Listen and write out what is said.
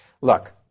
Look